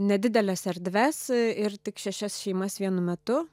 nedideles erdves ir tik šešias šeimas vienu metu